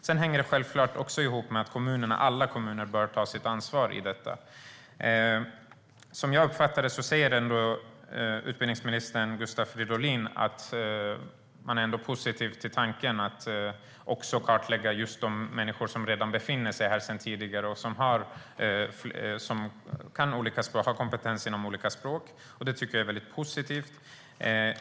Sedan hänger det självklart också ihop med att alla kommuner bör ta sitt ansvar för detta. Som jag uppfattar det menar utbildningsminister Gustav Fridolin att man ändå är positiv till tanken att också kartlägga just de människor som redan befinner sig här sedan tidigare och som har kompetens inom olika språk. Det tycker jag är mycket positivt.